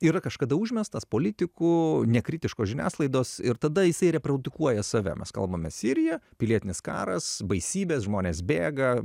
yra kažkada užmestas politikų nekritiškos žiniasklaidos ir tada jisai reprodukuoja save mes kalbame sirija pilietinis karas baisybės žmonės bėga